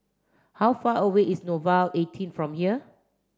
how far away is Nouvel eighteen from here